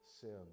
sin